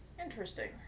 Interesting